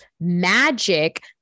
magic